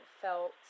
felt